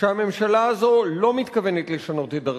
שהממשלה הזאת לא מתכוונת לשנות את דרכה.